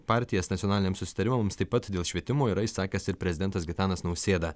partijas nacionaliniams susitarimams taip pat dėl švietimo yra išsakęs ir prezidentas gitanas nausėda